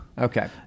Okay